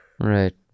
right